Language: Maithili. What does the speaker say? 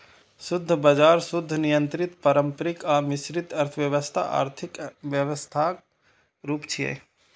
शुद्ध बाजार, शुद्ध नियंत्रित, पारंपरिक आ मिश्रित अर्थव्यवस्था आर्थिक व्यवस्थाक रूप छियै